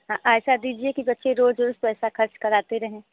हाँ ऐसा दीजिए के बच्चे रोज़ रोज़ पैसा ख़र्च कराते रहें